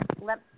Let